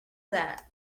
that